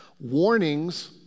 Warnings